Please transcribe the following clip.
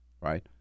Right